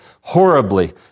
horribly